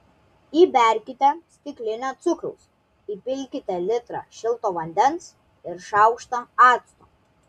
įberkite stiklinę cukraus įpilkite litrą šilto vandens ir šaukštą acto